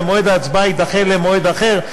וההצבעה תידחה למועד אחר,